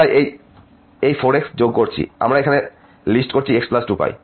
আমরা এই 4x যোগ করছি আমরা এখানে লিস্ট করছি x2π